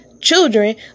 children